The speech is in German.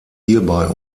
hierbei